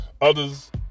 Others